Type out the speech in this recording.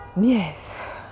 yes